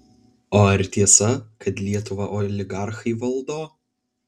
o ar tiesa kad lietuvą oligarchai valdo